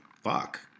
fuck